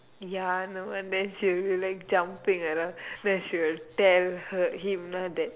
ya I know and then she'll be like jumping around then she will tell her him ah that